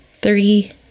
three